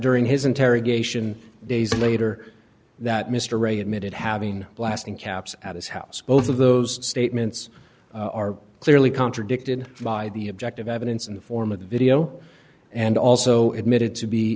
during his interrogation days later that mr ray admitted having blasting caps at his house both of those statements are clearly contradicted by the objective evidence in the form of the video and also admitted to be